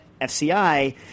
FCI